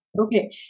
Okay